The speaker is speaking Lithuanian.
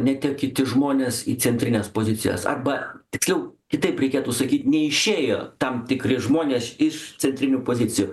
neatėjo kiti žmonės į centrines pozicijas arba tiksliau kitaip reikėtų sakyt neišėjo tam tikri žmonės iš centrinių pozicijų